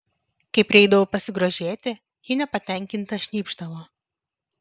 kai prieidavau pasigrožėti ji nepatenkinta šnypšdavo